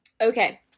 Okay